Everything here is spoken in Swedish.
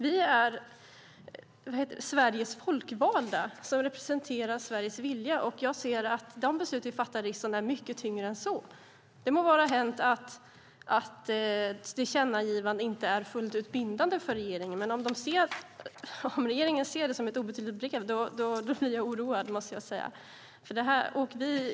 Vi är Sveriges folkvalda och representerar Sveriges vilja. Jag ser att de beslut som vi fattar i riksdagen är mycket tyngre än så. Det må vara hänt att ett tillkännagivande inte är fullt ut bindande för regeringen. Men om regeringen ser det som ett obetydligt brev blir jag oroad, måste jag säga.